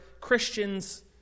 Christians